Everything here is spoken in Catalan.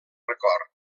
record